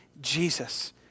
Jesus